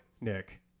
Nick